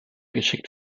geschickt